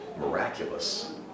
miraculous